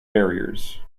barriers